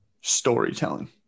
Storytelling